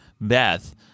Beth